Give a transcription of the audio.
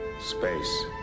space